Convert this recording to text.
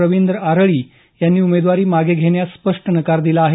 रवींद्र आरळी यांनी उमेदवारी मागे घेण्यास स्पष्ट नकार दिला आहे